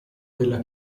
della